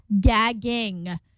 Gagging